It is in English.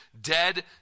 dead